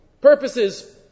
purposes